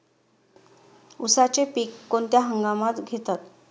उसाचे पीक कोणत्या हंगामात घेतात?